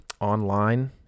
Online